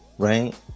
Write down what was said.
Right